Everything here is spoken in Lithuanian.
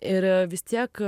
ir vis tiek